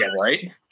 right